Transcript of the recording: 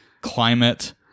climate